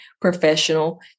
professional